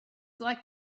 like